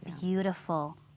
beautiful